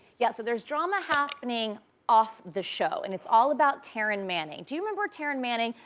yeah, so there's drama happening off the show and it's all about taryn manning. do you remember taryn manning?